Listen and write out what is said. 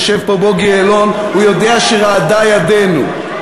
יושב פה בוגי יעלון, הוא יודע שרעדה ידנו.